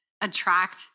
attract